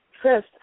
Chris